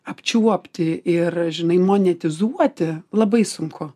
apčiuopti ir žinai monetizuoti labai sunku